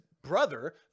brother